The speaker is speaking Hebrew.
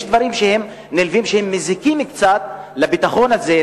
יש דברים שנלווים שמזיקים קצת לביטחון הזה,